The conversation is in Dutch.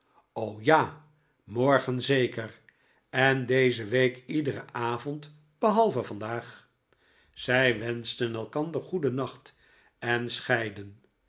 ja morgen zeker en deze week iederen avond behalve vandaag zij wenschten elkander goedennacht en scheidden